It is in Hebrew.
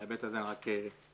בהיבט הזה, אני רק אוסיף